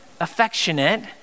affectionate